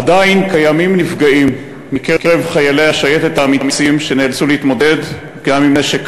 עדיין קיימים נפגעים מקרב חיילי השייטת האמיצים שנאלצו להתמודד גם עם נשק